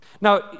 Now